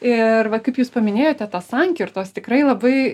ir va kaip jūs paminėjote tą sankirtos tikrai labai